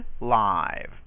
live